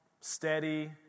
steady